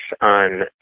on